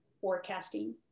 forecasting